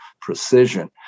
precision